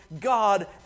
God